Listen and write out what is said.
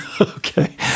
Okay